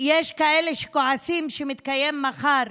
יש כאלה שכועסים שמתקיים מחר